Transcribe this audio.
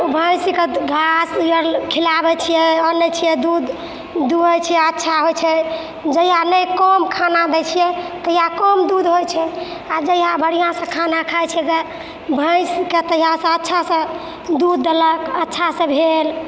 भैँसके घास खिलाबै छिए आनै छिए दूध दुहै छिए अच्छा होइ छै जहिआ ने कम खाना दै छिए तहिआ कम दूध होइ छै आओर जहिआ बढ़िआँसँ खाना खाइ छै भैँसके तहिआसँ अच्छासँ दूध देलक अच्छासँ भेल